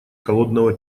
холодного